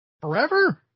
Forever